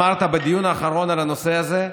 אמרת בדיון האחרון על הנושא הזה: